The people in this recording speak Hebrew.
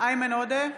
איימן עודה,